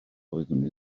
doeddwn